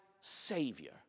Savior